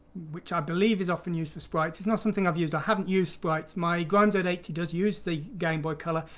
which i believe is often used for sprites. it's not something i've used. i haven't used sprites. my grime z eight zero does use the gameboy color,